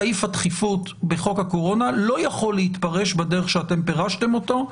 סעיף הדחיפות בחוק הקורונה לא יכול להתפרש בדרך שאתם פירשתם אותו.